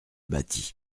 bâtie